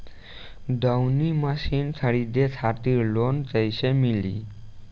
दऊनी मशीन खरीदे खातिर लोन कइसे मिली?